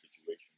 situation